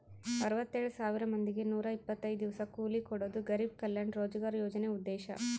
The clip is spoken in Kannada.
ಅರವತ್ತೆಳ್ ಸಾವಿರ ಮಂದಿಗೆ ನೂರ ಇಪ್ಪತ್ತೈದು ದಿವಸ ಕೂಲಿ ಕೊಡೋದು ಗರಿಬ್ ಕಲ್ಯಾಣ ರೋಜ್ಗರ್ ಯೋಜನೆ ಉದ್ದೇಶ